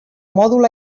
mòdul